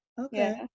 Okay